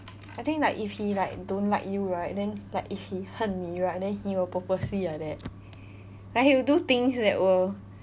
I think like if he like don't like you right like if he 恨你 right then he will purposely like that like he will do things that will